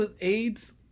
AIDS